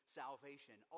salvation